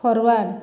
forward